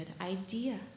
idea